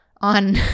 on